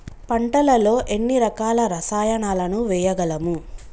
పంటలలో ఎన్ని రకాల రసాయనాలను వేయగలము?